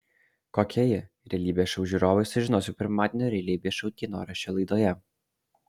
kokia ji realybės šou žiūrovai sužinos jau pirmadienio realybės šou dienoraščio laidoje